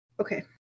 Okay